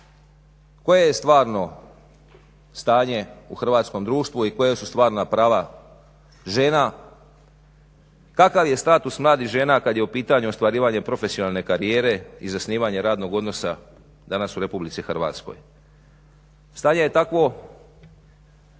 Koje je stvarno stanje u hrvatskom društvu i koja su stvarna prava žena? Kakav je status mladih žena kad je u pitanju ostvarivanje profesionalne karijere i zasnivanje radnog odnosa danas u RH? Stanje je takvo